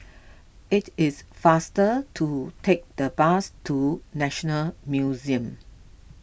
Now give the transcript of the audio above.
it is faster to take the bus to National Museum